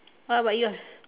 how about yours